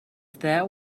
that